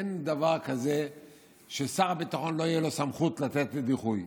אין דבר כזה שלשר הביטחון לא תהיה סמכות לתת לו דיחוי,